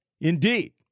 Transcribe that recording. Indeed